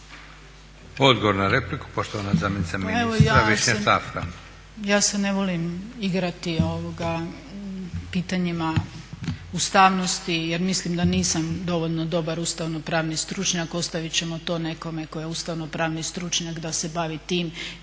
Odgovor na repliku poštovana zamjenica ministra Višnja Tafra.